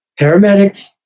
paramedics